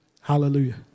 Hallelujah